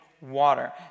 water